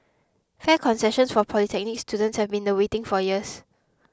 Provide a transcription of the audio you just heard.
fare concessions for polytechnic students have been in the waiting for years